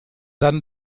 dann